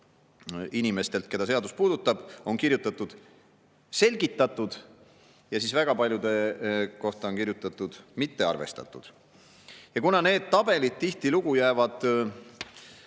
inimestelt, keda seadus puudutab – on kirjutatud "Selgitatud", ja väga paljude kohta on kirjutatud "Mitte arvestatud". Ja kuna need tabelid tihtilugu jäävad